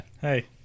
Hey